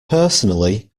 personally